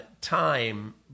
time